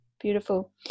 Beautiful